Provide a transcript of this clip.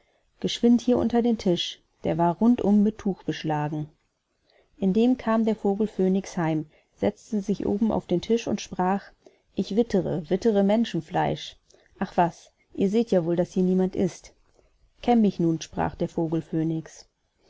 geschwind hier unter den tisch der war rund um mit tuch beschlagen indem kam der vogel phönix heim setzte sich oben auf den tisch und sprach ich wittere wittere menschenfleisch ach was ihr seht ja wohl daß niemand hier ist kämm mich nun sprach der vogel phönix